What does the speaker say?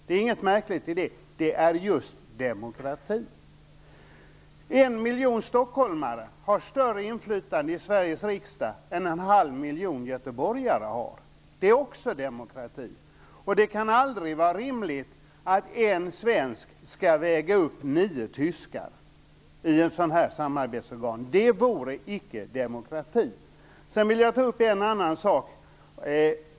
Det är inget märkligt med det: Det är just demokrati. En miljon stockholmare har större inflytande i Sveriges riksdag än en halv miljon göteborgare har. Det är också demokrati. Och det kan aldrig vara rimligt att en svensk skall väga upp nio tyskar i ett sådant här samarbetsorgan. Det vore icke demokrati. Jag vill också ta upp en annan sak.